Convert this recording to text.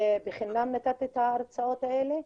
בחינם נתתי את ההרצאות האלה,